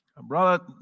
Brother